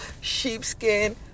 sheepskin